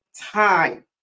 time